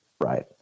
Right